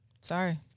Sorry